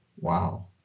Wow